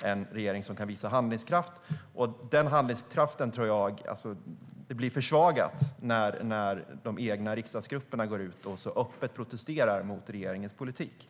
den kunna visa handlingskraft. Den handlingskraften tror jag blir försvagad när de egna riksdagsgrupperna går ut och så här öppet protesterar mot regeringens politik.